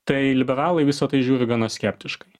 tai liberalai į visa tai žiūri gana skeptiškai